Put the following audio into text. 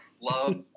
love